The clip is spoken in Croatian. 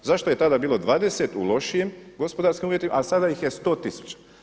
Zašto je tada bilo 20 u lošijem gospodarskim uvjetima, a sada ih je 100.000?